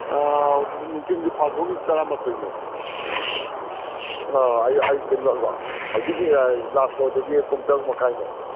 ꯅꯨꯡꯊꯤꯟꯒꯤ ꯐꯥꯁ ꯁꯣꯒꯤꯗꯤ ꯇꯔꯥꯃꯥꯊꯣꯏꯅꯦ ꯍꯧꯖꯤꯛꯀꯤ ꯂꯥꯁ ꯁꯣꯗꯗꯤ ꯄꯨꯡ ꯇꯔꯨꯛ ꯃꯈꯥꯏꯅꯦ